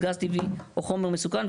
גז טבעי או חומר מסוכן,